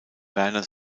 werner